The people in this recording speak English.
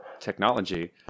technology